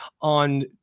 on